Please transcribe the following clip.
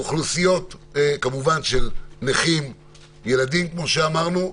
אוכלוסיות כמובן של נכים, ילדים, כמו שאמרנו.